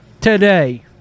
today